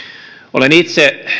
olen itse